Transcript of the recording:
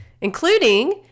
including